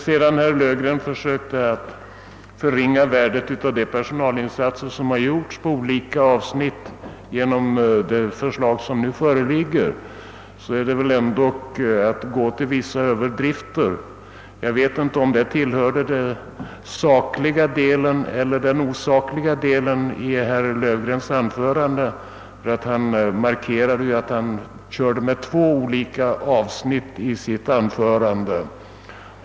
Herr Löfgren försökte förringa värdet av den personalförstärkning på olika områden som det nu föreliggande förslaget innebär. Det är ändock att gå till vissa överdrifter. Jag vet inte om det tillhörde den sakliga eller den osakliga delen av herr Löfgrens anförande; han markerade ju att det bestod av två olika avsnitt.